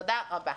תודה רבה.